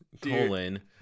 colon